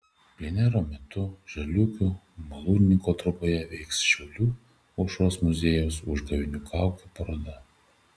plenero metu žaliūkių malūnininko troboje veiks šiaulių aušros muziejaus užgavėnių kaukių paroda